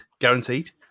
guaranteed